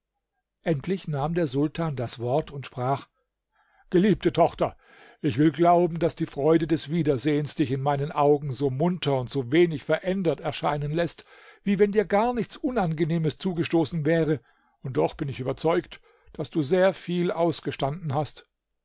endlich nahm der sultan das wort und sprach geliebte tochter ich will glauben daß die freude des wiedersehens dich in meinen augen so munter und so wenig verändert erscheinen läßt wie wenn dir gar nichts unangenehmes zugestoßen wäre und doch bin ich überzeugt daß du sehr viel ausgestanden hast